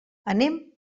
anem